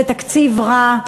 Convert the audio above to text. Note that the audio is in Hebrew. זה תקציב רע,